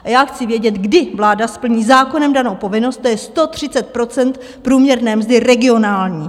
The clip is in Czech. Já chci vědět, kdy vláda splní zákonem danou povinnost, to je 130 % průměrné mzdy regionální.